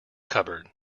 cupboard